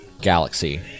galaxy